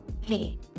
Hey